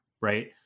right